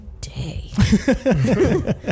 day